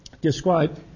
describe